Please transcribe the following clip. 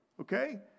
Okay